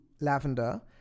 lavender